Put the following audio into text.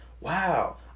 wow